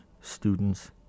students